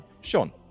Sean